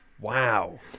Wow